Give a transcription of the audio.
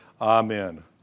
Amen